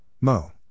Mo